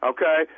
Okay